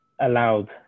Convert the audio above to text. allowed